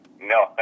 No